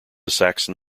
saxon